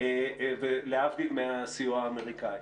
להבדיל מהסיוע האמריקני.